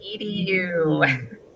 EDU